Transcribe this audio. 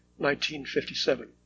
1957